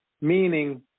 Meaning